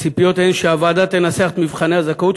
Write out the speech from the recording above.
הציפיות הן שהוועדה תנסח את מבחני הזכאות,